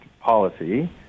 policy